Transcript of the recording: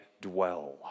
dwell